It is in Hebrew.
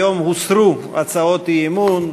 היום הוסרו הצעות האי-אמון,